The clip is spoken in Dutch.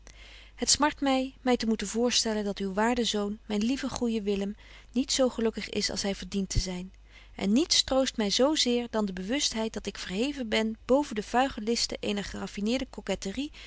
het smart my my te moeten voorstellen dat uw waarde zoon myn lieve goeje willem niet zo gelukkig is als hy verdient te zyn en niets troost my zo zeer dan de bewustheid dat ik verheven ben boven de vuige listen eener gerafineerde